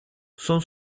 son